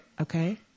Okay